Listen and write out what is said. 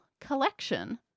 collection